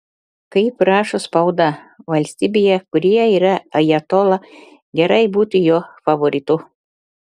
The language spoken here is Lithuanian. kaip rašo spauda valstybėje kurioje yra ajatola gerai būti jo favoritu